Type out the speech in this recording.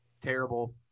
Terrible